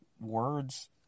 Words